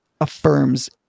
affirms